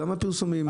גם בפרסומים.